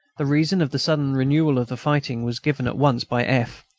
the reason of the sudden renewal of the fighting was given at once by f.